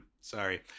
Sorry